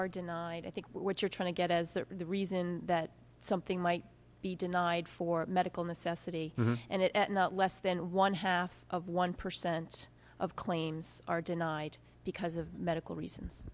are denied i think what you're trying to get is that the reason that something might be denied for medical necessity and that less than one half of one percent of claims are denied because of medical reasons